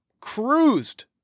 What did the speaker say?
cruised